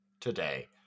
today